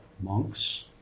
monks